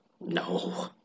No